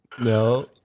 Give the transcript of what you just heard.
no